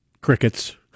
Crickets